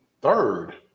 third